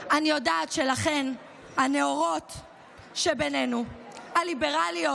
אני יודעת שלכן, הנאורות שבינינו, הליברליות,